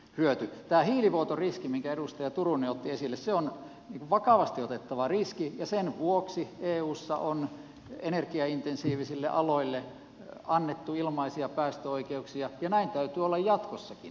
tämä hiilivuotoriski minkä edustaja turunen otti esille on vakavasti otettava riski ja sen vuoksi eussa on energiaintensiivisille aloille annettu ilmaisia päästöoikeuksia ja näin täytyy olla jatkossakin